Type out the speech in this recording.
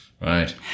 Right